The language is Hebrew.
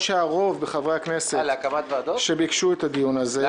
שרוב חברי הכנסת ביקשו את הדיון הזה.